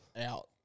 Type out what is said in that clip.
out